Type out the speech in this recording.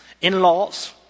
in-laws